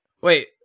Wait